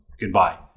goodbye